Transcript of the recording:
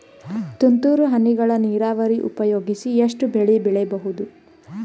ತುಂತುರು ಹನಿಗಳ ನೀರಾವರಿ ಉಪಯೋಗಿಸಿ ಎಷ್ಟು ಬೆಳಿ ಬೆಳಿಬಹುದು?